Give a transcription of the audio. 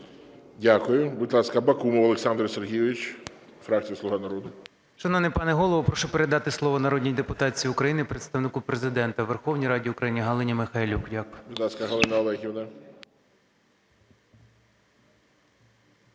Дякую. Будь ласка, Бакумов Олександр Сергійович, фракція "Слуга народу". 11:10:20 БАКУМОВ О.С. Шановний пане Голово, прошу передати слово народній депутатці України, Представнику Президента у Верховній Раді України Галині Михайлюк. Дякую. ГОЛОВУЮЧИЙ. Будь ласка, Галина Олегівна.